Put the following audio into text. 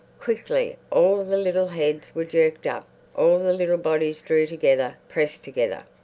quickly all the little heads were jerked up all the little bodies drew together, pressed together.